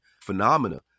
phenomena